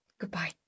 goodbye